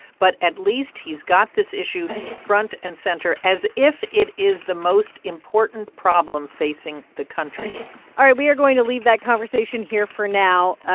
but at least he's got this issue front and center as if it is the most important problem facing the country all right. we are going to leave that conversation here for now. ah